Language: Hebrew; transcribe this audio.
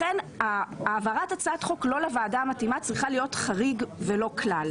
לכן העברת הצעת חוק לא לוועדה המתאימה צריכה להיות חריג ולא כלל.